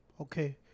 okay